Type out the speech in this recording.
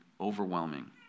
overwhelming